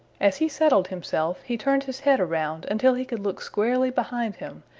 as he settled himself he turned his head around until he could look squarely behind him,